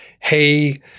hey